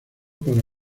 para